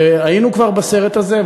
והיינו כבר בסרט הזה.